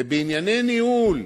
ובענייני ניהול,